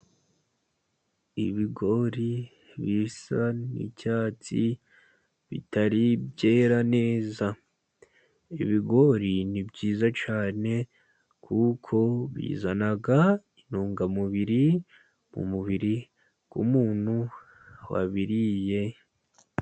Ibigori bisa n'icyatsi bitari byera neza. Ibigori ni byiza cyane kuko bizana intungamubiri mu mubiri w'umuntu wabiriye.